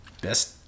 best